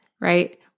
right